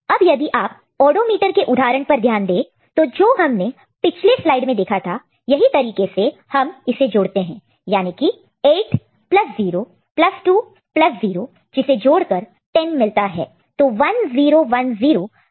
अब यदि आप ऑडोमीटर के उदाहरण पर ध्यान दे तो जो हमने पिछले स्लाइड में देखा था यही तरीके से हम इसे जोड़ते ऐड add हैं याने की 8 प्लस 0 प्लस 2 प्लस 0 जिसे जोड़कर 10 मिलता है तो 1 0 1 0 का डेसिमल इक्विवेलेंट बराबर 10 है